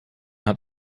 hat